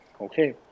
okay